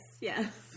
yes